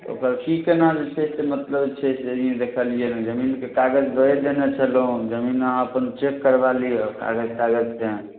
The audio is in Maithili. तऽ ओकर की केना जे छै से मतलब छै जे ई देखलियैए जमीनके कागज दऽ ए देने छलहुँ जमीन अहाँ अपन चेक करबा लिअ कागज तागजकेँ